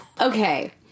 okay